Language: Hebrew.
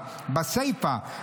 שנקבע"; בסיפה,